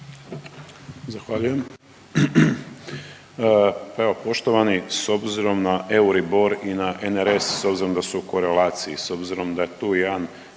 Zahvaljujem.